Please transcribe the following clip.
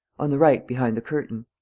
on the right, behind the curtain.